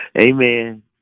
Amen